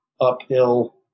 uphill